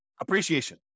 appreciation